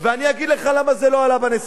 אני אגיד לך למה זה לא עלה בנשיאות.